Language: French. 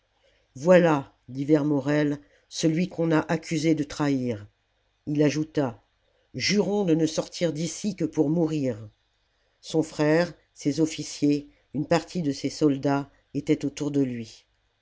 voilà dit vermorel celui qu'on a accusé de trahir il ajouta jurons de ne sortir d'ici que pour mourir son frère ses officiers une partie de ses soldats étaient autour de lui